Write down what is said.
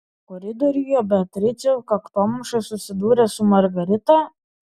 koridoriuje beatričė kaktomuša susidūrė su margarita